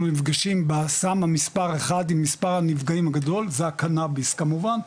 אנחנו נפגשים בסם המספר אחד עם מספר הנפגעים הגדול זה הקנאביס כמובן,